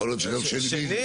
יכול להיות שגם שני.